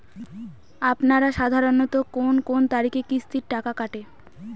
আপনারা সাধারণত কোন কোন তারিখে কিস্তির টাকা কাটে?